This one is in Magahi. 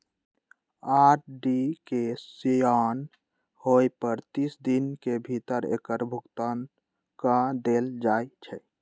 आर.डी के सेयान होय पर तीस दिन के भीतरे एकर भुगतान क देल जाइ छइ